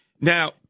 Now